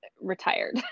retired